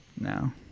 no